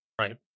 right